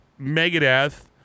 Megadeth